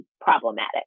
problematic